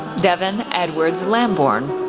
devon edwards lambourne,